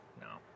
no